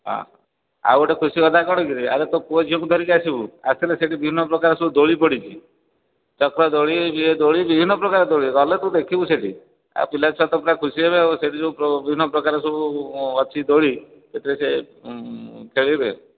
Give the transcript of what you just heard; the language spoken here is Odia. ହଁ ଆଉ ଗୋଟେ ଖୁସି କଥା କ'ଣ କିରେ ଆରେ ତୋ ପୁଅ ଝିଅକୁ ଧରିକି ଆସିବୁ ଆସିଲେ ବିଭିନ୍ନପ୍ରକାର ସବୁ ଦୋଳି ପଡ଼ିଛି ଚକ ଦୋଳି ୟେ ଦୋଳି ବିଭିନ୍ନପ୍ରକାର ଦୋଳି ଗଲେ ତୁ ଦେଖିବୁ ସେଇଠି ଆଉ ପିଲା ଛୁଆ ତ ପୁରା ଖୁସି ହେବେ ଆଉ ସେଇଠି ଯେଉଁ ବିଭିନ୍ନପ୍ରକାର ଅଛି ଦୋଳି ସେଥିରେ ସେ ଖେଳିବେ